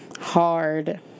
hard